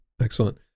Excellent